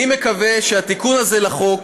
אני מקווה שהתיקון הזה לחוק